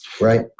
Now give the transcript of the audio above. right